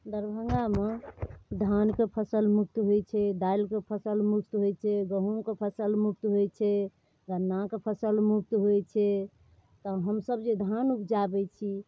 दरभङ्गामे धान कऽ फसल मुश्त होयत छै दालिके फसल मुश्त होयत छै गहुँम कऽ फसल मुश्त होयत छै गन्ना कऽ फसल मुश्त होयत छै तऽ हमसब जे धान उपजाबैत छी